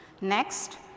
Next